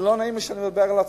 לא נעים לי שאני מדבר על עצמי.